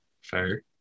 Fair